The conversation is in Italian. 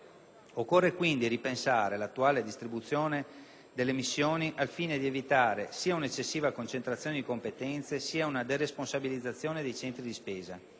Occorre quindi ripensare l'attuale distribuzione delle missioni al fine di evitare sia un'eccessiva concentrazione di competenze, sia una deresponsabilizzazione dei centri di spesa.